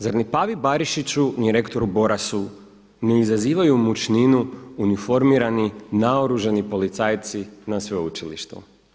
Zar ni Pavi Barišiću ni rektoru Borasu ne izazivaju mučninu uniformirani, naoružani policajci na sveučilištu?